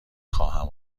خواهم